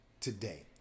today